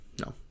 No